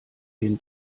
den